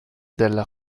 della